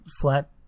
Flat